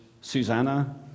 Susanna